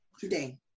Today